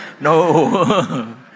no